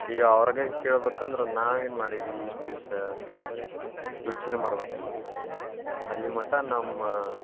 ಈಗ ಅವ್ರ್ಗೆ ಕೇಳ್ಬೇಕಂದ್ರೆ ನಾವೇನು ಮಾಡೇವಿ ಇಷ್ಟು ದಿವಸ ಅಂತಂದು ಯೋಚನೆ ಮಾಡಬೇಕಾಕ್ಯತಿ ಅಲ್ಲಿ ಮಟ್ಟ ನಮ್ಮ